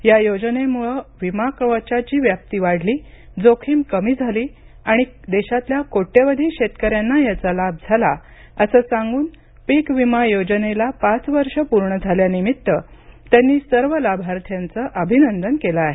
या योजनेमुळे विमा कवचाची व्याप्ती वाढली जोखीम कमी झाली आणि देशातल्या कोट्यवधी शेतकऱ्यांना याचं लाभ झाला असं सांगून पीक विमा योजनेला पाच वर्ष पूर्ण झाल्यानिमित्त त्यांनी सर्व लाभार्थ्यांचं अभिनंदन केलं आहे